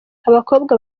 abakobwa